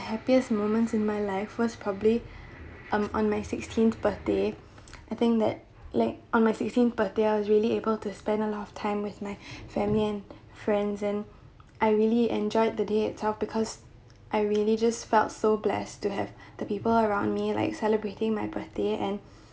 happiest moments in my life was probably um on my sixteenth birthday I think that like on my sixteen birthday I was really able to spend a lot of time with my family and friends and I really enjoyed the day itself because I really just felt so blessed to have the people around me like celebrating my birthday and